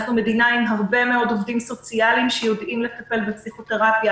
אנחנו מדינה עם הרבה מאוד עובדים סוציאליים שיודעים לטפל בפסיכותרפיה,